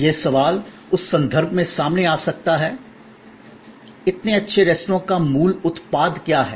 यह सवाल उस संदर्भ में सामने आ सकता है इतने अच्छे रेस्तरां का मूल उत्पाद क्या है